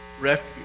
refuge